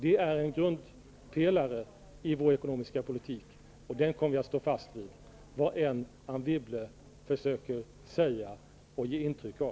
Det är en grundpelare i vår ekonomiska politik, och den kommer vi att stå fast vid vad än Anne Wibble försöker säga och ge intryck av.